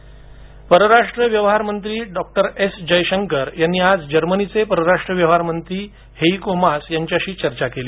S Jaishankar चर्चा परराष्ट्र व्यवहार मंत्री एस जयशंकर यांनी आज जर्मनीचे परराष्ट्र व्यवहार मंत्री हेईको मास यांच्याशी चर्चा केली